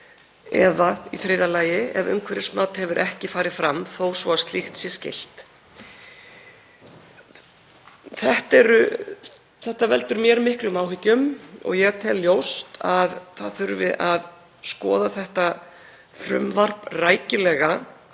eða, í þriðja lagi, ef umhverfismat hefur ekki farið fram þó svo að slíkt sé skylt. Þetta veldur mér miklum áhyggjum og ég tel ljóst að skoða þurfi þetta frumvarp rækilega